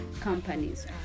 companies